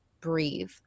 breathe